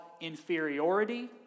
inferiority